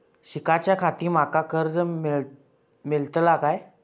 शिकाच्याखाती माका कर्ज मेलतळा काय?